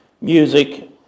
music